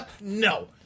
No